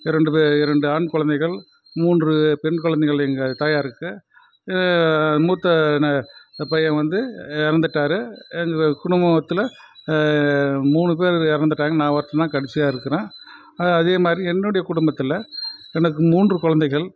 இரண்டு பே இரண்டு ஆண் குழந்தைகள் மூன்று பெண் குழந்தைகள் எங்கள் தாயாருக்கு மூத்த ந பையன் வந்து இறந்துட்டாரு எங்கள் குடும்பத்தில் மூணு பேர் இறந்துட்டாங்க நான் ஒருத்தன் தான் கடைசியாக இருக்கிறேன் அதே மாதிரி என்னுடைய குடும்பத்தில் எனக்கு மூன்று குழந்தைகள்